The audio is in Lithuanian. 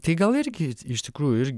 tai gal irgi iš tikrųjų ir